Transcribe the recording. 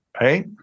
right